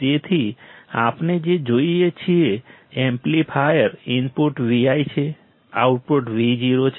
તેથી આપણે જે જોઈએ છીએ એમ્પ્લીફાયર ઇનપુટ Vi છે આઉટપુટ Vo છે